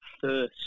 first